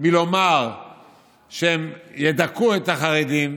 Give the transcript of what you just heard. מלומר שהם ידכאו את החרדים,